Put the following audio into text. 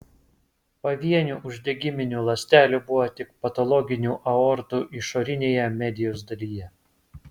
pavienių uždegiminių ląstelių buvo tik patologinių aortų išorinėje medijos dalyje